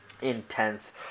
intense